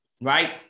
right